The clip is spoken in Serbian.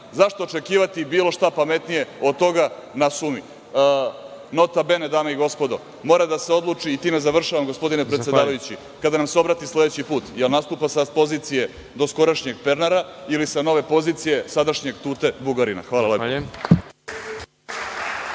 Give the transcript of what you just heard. Zašto očekivati bilo šta pametnije od toga na sumi, „nota bene“, dame i gospodo, mora da se odluči, i time završavam, gospodine predsedavajući, kada nam se obrati sledeći put, jel nastupa sa pozicije doskorašnjeg Pernara ili sa nove pozicije sadašnjeg Tute Bugarina. Hvala lepo.